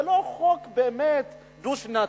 זה לא חוק באמת דו-שנתי.